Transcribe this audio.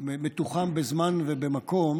מתוחם בזמן ובמקום